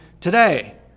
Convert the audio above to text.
today